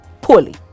Poorly